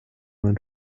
man